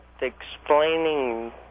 explaining